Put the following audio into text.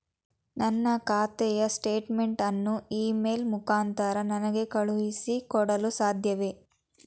ನನ್ನ ಖಾತೆಯ ಸ್ಟೇಟ್ಮೆಂಟ್ ಅನ್ನು ಇ ಮೇಲ್ ಮುಖಾಂತರ ನನಗೆ ಕಳುಹಿಸಿ ಕೊಡಲು ಸಾಧ್ಯವೇ?